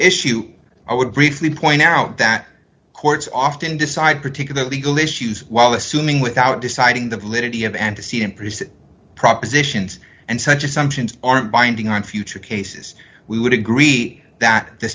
issue i would briefly point out that courts often decide particular legal issues while assuming without deciding the validity of antecedent produced propositions and such assumptions aren't binding on future cases we would agree that the